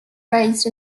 raised